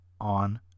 on